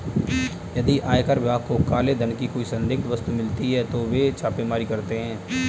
यदि आयकर विभाग को काले धन की कोई संदिग्ध वस्तु मिलती है तो वे छापेमारी करते हैं